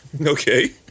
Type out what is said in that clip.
Okay